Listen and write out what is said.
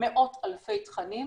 מאות אלפי תכנים,